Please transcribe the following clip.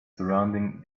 surrounding